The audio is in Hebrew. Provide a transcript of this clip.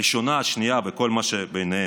הראשונה, השנייה וכל מה שביניהן.